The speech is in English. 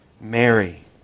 Mary